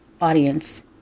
audience